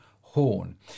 Horn